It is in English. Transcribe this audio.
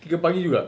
tiga pagi juga